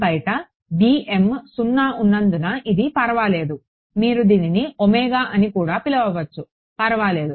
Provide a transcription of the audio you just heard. బయట 0 ఉన్నందున ఇది పర్వాలేదు మీరు దీనిని ఒమేగా అని కూడా పిలవవచ్చు పర్వాలేదు